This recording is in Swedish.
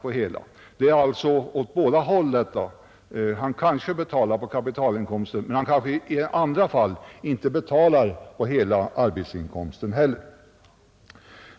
I en del fall betalar han kanske på kapitalinkomsten, men i andra fall kanske han inte betalar på hela arbetsinkomsten heller.